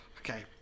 Okay